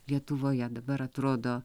lietuvoje dabar atrodo